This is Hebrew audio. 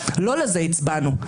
לא לזה הצבענו.